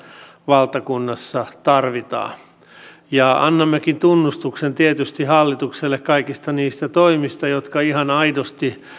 valtakunnassa tarvitsemme ja annammekin tunnustuksen tietysti hallitukselle kaikista niistä toimista jotka ihan aidosti